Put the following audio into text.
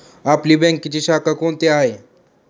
आपली बँकेची शाखा कोणती आहे